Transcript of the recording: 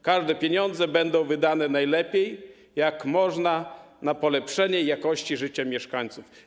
Każde pieniądze będą wydane najlepiej, jak można wydać, na polepszenie jakości życia mieszkańców.